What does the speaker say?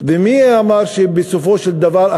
ומי אמר שבסופו של דבר,